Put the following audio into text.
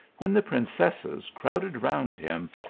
when the princesses crowded round him,